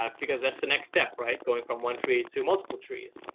ah because that's the next step, right? going from one tree to multiple trees.